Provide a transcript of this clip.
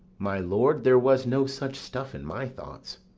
my lord, there was no such stuff in my thoughts.